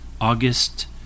August